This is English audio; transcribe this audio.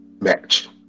match